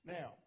Now